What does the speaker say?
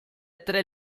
tre